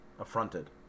affronted